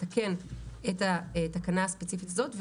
לתקן את התקנה הספציפית הזאת,